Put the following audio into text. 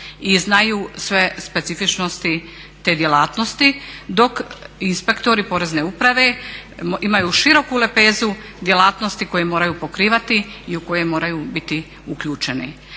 i znaju sve specifičnosti te djelatnosti, dok inspektori Porezne uprave imaju široku lepezu djelatnosti koje moraju pokrivati i u koje moraju biti uključeni.